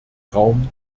raum